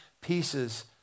pieces